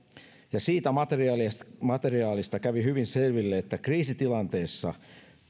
ja siitä materiaalista materiaalista kävi hyvin selville että kriisitilanteessa